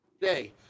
day